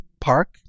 park